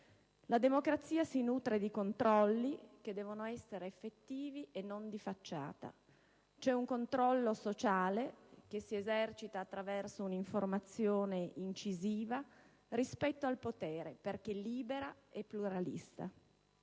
La democrazia si nutre di controlli, che devono essere effettivi e non di facciata. C'è un controllo sociale, che si esercita attraverso un'informazione incisiva rispetto al potere perché libera e pluralista,